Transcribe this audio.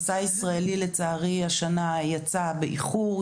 לצערי השנה המסע הישראלי יצא באיחור,